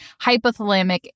hypothalamic